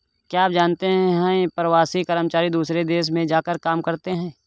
क्या आप जानते है प्रवासी कर्मचारी दूसरे देश में जाकर काम करते है?